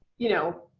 you know,